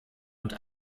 und